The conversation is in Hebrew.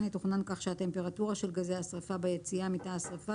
יתוכנן כך שהטמפרטורה של גזי השריפה ביציאה מתא השריפה